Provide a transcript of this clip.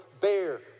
bear